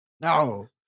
No